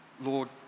Lord